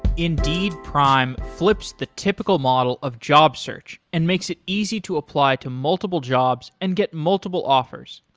indeed prime flips the typical model of job search and makes it easy to apply to multiple jobs and get multiple offers.